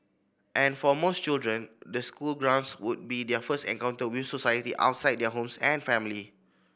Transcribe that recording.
and for most children the school grounds would be their first encounter with society outside their homes and family